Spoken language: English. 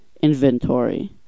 inventory